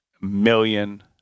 million